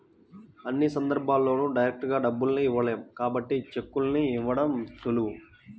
అన్ని సందర్భాల్లోనూ డైరెక్టుగా డబ్బుల్ని ఇవ్వలేం కాబట్టి చెక్కుల్ని ఇవ్వడం సులువు